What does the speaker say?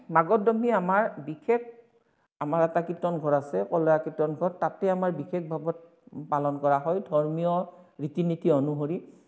মাঘৰ দমহি আমাৰ বিশেষ আমাৰ এটা কীৰ্তন ঘৰ আছে কলয়া কীৰ্তন ঘৰ তাতে আমাৰ বিশেষ ভাৱত পালন কৰা হয় ধৰ্মীয় ৰীতি নীতি অনুসৰি